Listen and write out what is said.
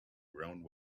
ground